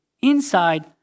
inside